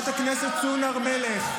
נתניהו הרים את היד.